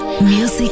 Music